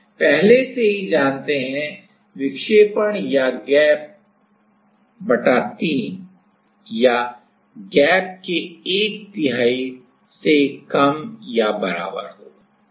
पहले से ही जानते हैं विक्षेपण या गैप 3 या गैप के एक तिहाई से कम या बराबर होगा